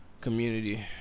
community